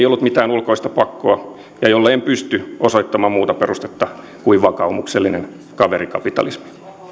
ollut mitään ulkoista pakkoa ja jolle en pysty osoittamaan muuta perustetta kuin vakaumuksellisen kaverikapitalismin